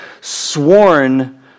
sworn